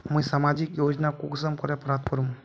मुई सामाजिक योजना कुंसम करे प्राप्त करूम?